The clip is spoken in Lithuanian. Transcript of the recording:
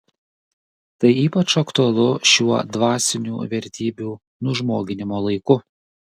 tai ypač aktualu šiuo dvasinių vertybių nužmoginimo laiku